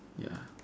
ya